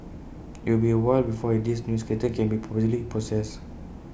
IT will be A while before this new skeleton can be properly processed